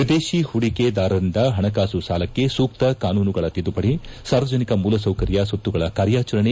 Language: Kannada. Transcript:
ಎದೇಶಿ ಹೂಡಿಕೆದಾರರಿಂದ ಪಣಕಾಸು ಸಾಲಕ್ಷೆ ಸೂಕ್ತ ಕಾನೂನುಗಳ ತಿದ್ದುಪಡಿ ಸಾರ್ವಜನಿಕ ಮೂಲ ಸೌಕರ್ಯ ಸ್ವತ್ತುಗಳ ಕಾರ್ಯಾಚರಣೆ